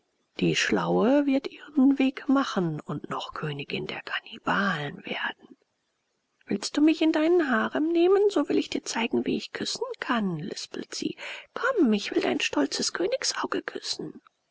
die schlaue wird ihren weg machen und noch königin der kannibalen werden willst du mich in deinen harem nehmen so will ich dir zeigen wie ich küssen kann lispelt sie komm ich will dein stolzes königsauge küssen